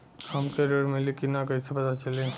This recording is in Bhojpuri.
हमके ऋण मिली कि ना कैसे पता चली?